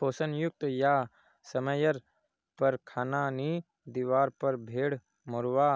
पोषण युक्त या समयर पर खाना नी दिवार पर भेड़ मोरवा